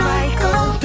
Michael